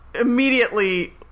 immediately